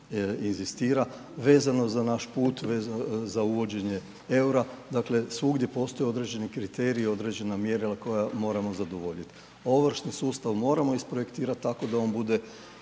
vezano za naš put, vezano za uvođenje EUR-a. Dakle, svugdje postoje određeni kriteriji, određena mjerila koja moramo zadovoljiti. Ovršni sustav moramo isprojektirat tako da on bude